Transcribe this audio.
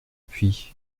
puis